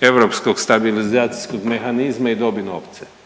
Europskog stabilizacijskog mehanizma i dobi novce,